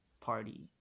party